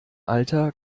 alter